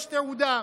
יש תעודה.